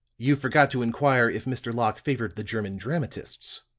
you forgot to inquire if mr. locke favored the german dramatists.